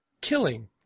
killing